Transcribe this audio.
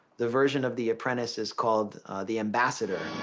the version of the apprentice is called the ambassador.